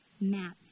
map